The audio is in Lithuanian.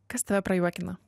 kas tave prajuokina